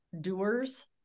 doers